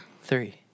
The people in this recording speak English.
three